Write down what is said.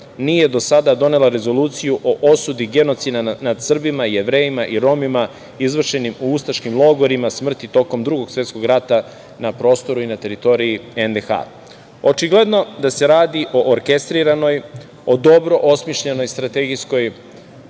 nije do sada donela rezoluciju o osudi genocida nad Srbima, Jevrejima i Romima izvršenim u ustaškim logorima smrti tokom Drugog svetskog rata na prostoru i na teritoriji NDH-a. Očigledno je da se radi o orkestriranoj, o dobro osmišljenoj strategijskom